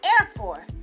Airport